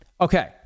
Okay